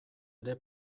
ere